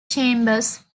chambers